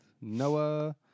Noah